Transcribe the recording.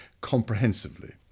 comprehensively